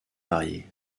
variés